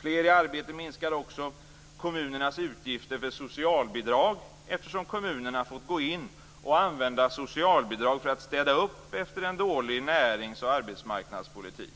Fler i arbete minskar också kommunernas utgifter för socialbidrag, eftersom kommunerna fått använda socialbidrag för att städa upp efter en dålig närings och arbetsmarknadspolitik.